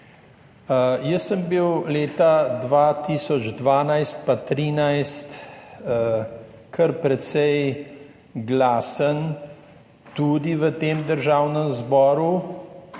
Jaz sem bil leta 2012 in 2013 kar precej glasen, tudi v Državnem zboru